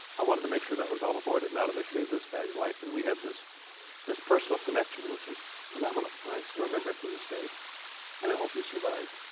i wanted to make sure that was all avoided, none of this saved this guy's life and we had this this personal connection which was phenomenal. and i still remember it to this day and i hope he survived.